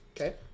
Okay